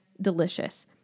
delicious